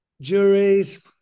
juries